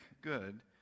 good